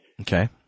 Okay